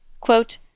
quote